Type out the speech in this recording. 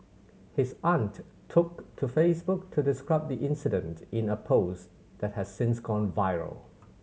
his aunt took to Facebook to describe the incident in a post that has since gone viral